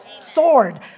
sword